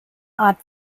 odd